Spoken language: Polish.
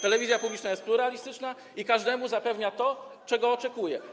Telewizja publiczna jest pluralistyczna i każdemu zapewnia to, czego oczekuje.